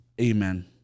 amen